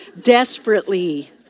desperately